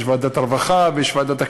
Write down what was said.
יש ועדת הרווחה ויש ועדת הכלכלה,